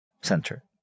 center